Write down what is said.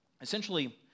Essentially